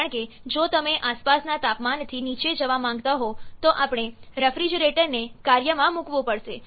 કારણ કે જો તમે આસપાસના તાપમાનથી નીચે જવા માંગતા હો તો આપણે રેફ્રિજરેટરને કાર્યમાં મૂકવું પડશે